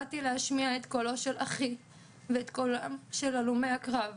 באתי להשמיע את קולו של אחי ואת קולם של הלומי הקרב.